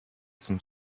some